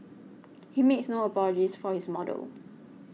he makes no apologies for his model